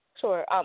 Sure